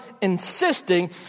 insisting